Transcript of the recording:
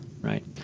Right